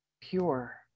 pure